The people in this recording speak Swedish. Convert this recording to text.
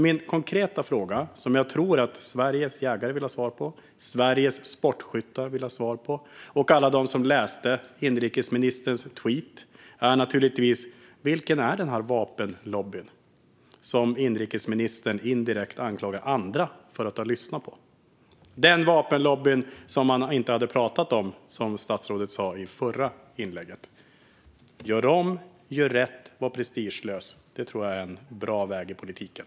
Min konkreta fråga, som jag tror att Sveriges jägare, Sveriges sportskyttar och alla som läste inrikesministerns tweet vill ha svar på, är naturligtvis: Vilken är den vapenlobby som inrikesministern indirekt anklagar andra för att ha lyssnat på - den vapenlobby som statsrådet i sitt förra inlägg sa sig inte ha pratat om? Gör om, gör rätt, var prestigelös! Det tror jag är en bra väg i politiken.